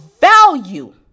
value